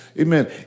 Amen